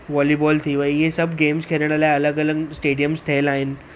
वोली बॉल थी वई इहे सभु गेम्स खेॾण लाइ अलॻि अलॻि स्टेडियम ठहियल आहिनि